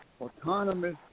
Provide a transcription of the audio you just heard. autonomous